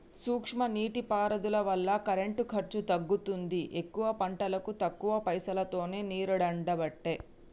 సూక్ష్మ నీటి పారుదల వల్ల కరెంటు ఖర్చు తగ్గుతుంది ఎక్కువ పంటలకు తక్కువ పైసలోతో నీరెండబట్టే